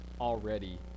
already